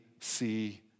see